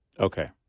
Okay